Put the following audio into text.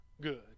good